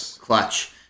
clutch